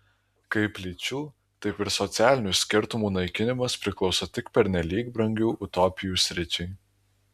kaip lyčių taip ir socialinių skirtumų naikinimas priklauso tik pernelyg brangių utopijų sričiai